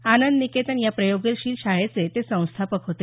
आनंद निकेतन या प्रयोगशील शाळेचे ते संस्थापक होते